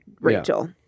Rachel